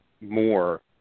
more